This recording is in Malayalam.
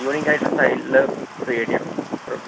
യൂണിക്ക് ആയിട്ടുള്ള സ്റ്റൈലിൽ ക്രിയേറ്റ് ചെയ്യണം അത്രേയുള്ളൂ